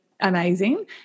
amazing